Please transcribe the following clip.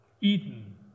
Eden